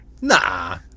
nah